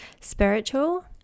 spiritual